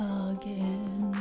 again